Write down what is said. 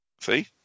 See